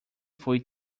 fui